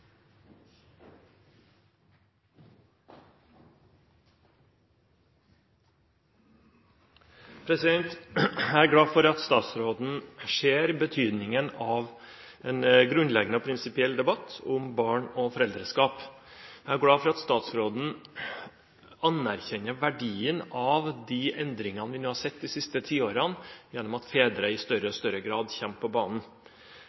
Jeg er glad for at statsråden ser betydningen av en grunnleggende og prinsipiell debatt om barn og foreldreskap. Jeg er glad for at statsråden anerkjenner verdien av de endringene vi har sett de siste tiårene, det at fedre i større og større grad kommer på banen.